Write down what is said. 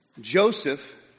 Joseph